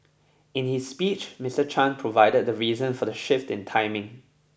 in his speech Mister Chan provided the reason for the shift in timing